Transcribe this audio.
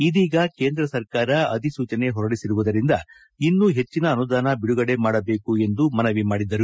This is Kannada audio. ಇದೀಗ ಕೇಂದ್ರ ಸರ್ಕಾರ ಅಧಿಸೂಚನೆ ಹೊರಡಿಸಿರುವುದರಿಂದ ಇನ್ನೂ ಪೆಚ್ಚಿನ ಅನುದಾನ ಬಿಡುಗಡೆ ಮಾಡಬೇಕು ಎಂದು ಮನವಿ ಮಾಡಿದರು